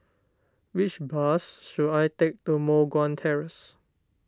which bus should I take to Moh Guan Terrace